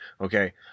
okay